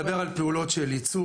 סעיף קטן (ב) מדבר על פעולות של ייצור,